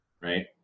right